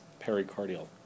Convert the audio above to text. pericardial